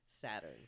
Saturn